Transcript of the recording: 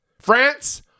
France